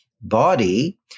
body